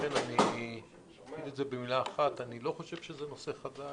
ולכן אני אגיד במילה אחת: אני לא חושב שזה נושא חדש.